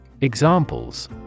Examples